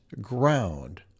ground